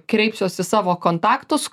kreipsiuos į savo kontaktus